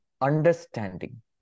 understanding